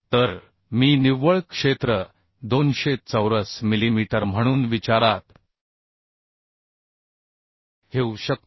तर मी निव्वळ क्षेत्र 200 चौरस मिलीमीटर म्हणून विचारात घेऊ शकतो